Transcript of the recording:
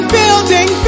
building